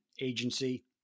agency